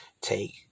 take